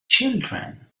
children